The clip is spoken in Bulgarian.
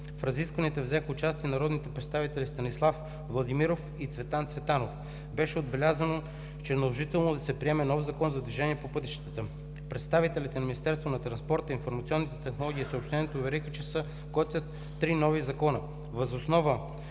В разискванията взеха участие народните представители: Станислав Владимиров и Цветан Цветанов. Беше отбелязано, че е наложително да се приеме нов Закон за движение по пътищата. Представителите на Министерството на транспорта, информационните технологии и съобщенията увериха, че се готвят три нови закона.